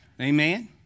Amen